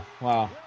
Wow